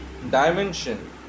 dimension